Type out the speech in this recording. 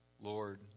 lord